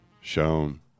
shown